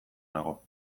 nago